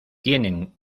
tienen